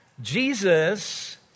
Jesus